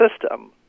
system